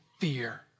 fear